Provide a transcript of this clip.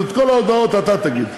ואת כל ההודעות אתה תגיד.